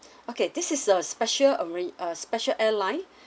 okay this is a special arrange uh special airline